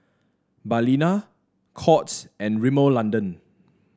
Balina Courts and Rimmel London